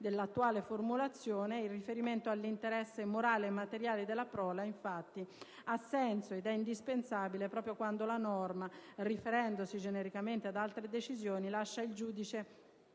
dell'attuale formulazione in riferimento all'interesse morale e materiale della prole. Infatti ha senso ed è indispensabile proprio quando la norma, riferendosi genericamente ad altre decisioni, lascia il giudice